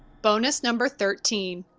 bonus number thirteen,